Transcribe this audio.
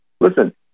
Listen